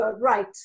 right